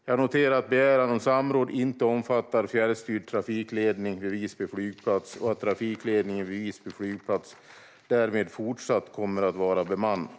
Jag noterar att begäran om samråd inte omfattar fjärrstyrd trafikledning vid Visby flygplats och att trafikledningen vid Visby flygplats därmed fortsatt kommer att vara bemannad.